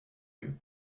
you